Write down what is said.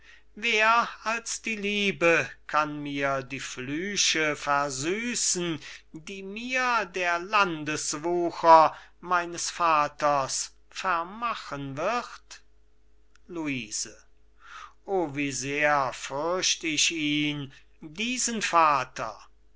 wer als die liebe kann mir die flüche versüßen die mir der landeswucher meines vaters vermachen wird luise o wie sehr fürcht ich ihn diesen vater